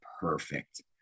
perfect